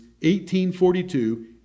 1842